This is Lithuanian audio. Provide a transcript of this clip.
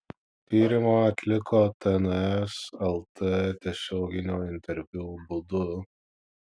tyrimą atliko tns lt tiesioginio interviu būdu